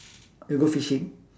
you go fishing